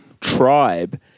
tribe